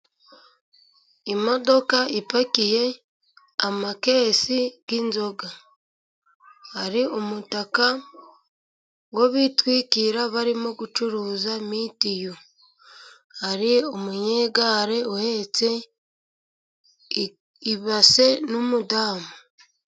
Imodoka ipakiye amakesi y'inzoga, hari umutaka bitwikira barimo gucuruza mitiyu, hari umunyegare uhetse ibase n'umudamu.